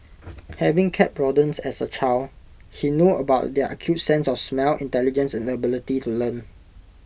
having kept rodents as A child he knew about their acute sense of smell intelligence and ability to learn